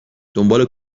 دنبال